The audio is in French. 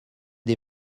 des